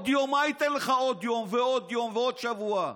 מה ייתן לך עוד יום ועוד יום ועוד שבוע?